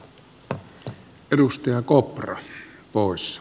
arvoisa herra puhemies